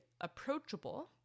approachable